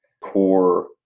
core